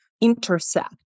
intersect